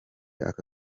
aka